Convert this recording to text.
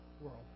world